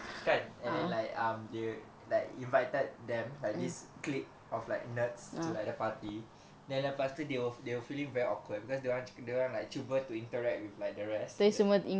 kan and then like um dia like invited them like this clique of like nerds to like the party then lepas tu they will they will feeling very awkward because dia orang dia orang like cuba to interact with like the rest